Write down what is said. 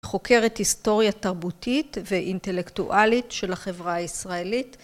חוקרת היסטוריה תרבותית ואינטלקטואלית של החברה הישראלית.